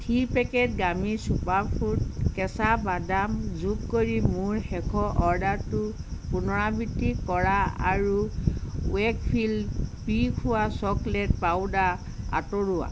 three packet Gramiee superfood কেঁচা বাদাম যোগ কৰি মোৰ শেষৰ অৰ্ডাৰটো পুনৰাবৃত্তি কৰা আৰু ৱেইকফিল্ড পি খোৱা চকলেট পাউদাৰ আঁতৰোৱা